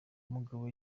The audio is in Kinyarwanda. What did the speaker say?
umugabo